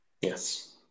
Yes